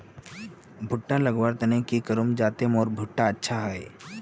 भुट्टा लगवार तने की करूम जाते मोर भुट्टा अच्छा हाई?